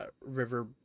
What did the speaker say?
river